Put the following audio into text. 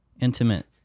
intimate